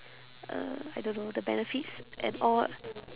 uh I don't know the benefits and all